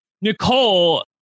Nicole